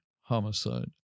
homicide